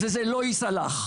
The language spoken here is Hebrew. זה לא יסלח.